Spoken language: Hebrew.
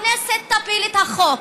הכנסת תפיל את החוק.